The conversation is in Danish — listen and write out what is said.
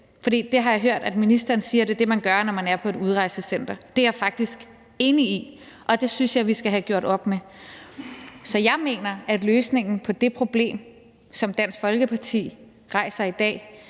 for det har jeg hørt ministeren sige er det man gør, når man er på et udrejsecenter. Det er jeg faktisk enig i, og det synes jeg vi skal have gjort op med. Så jeg mener, at løsningen på det problem, som Dansk Folkeparti rejser i dag,